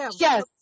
Yes